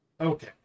okay